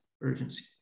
urgency